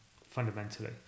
fundamentally